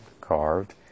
carved